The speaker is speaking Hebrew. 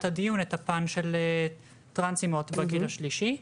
הדיון את הפן של טרנסיות בגיל השלישי,